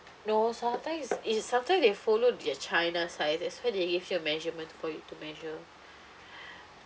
no sometimes is is sometimes they follow their china size that's why they give you a measurement for you to measure